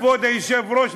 כבוד היושב-ראש,